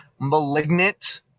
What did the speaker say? Malignant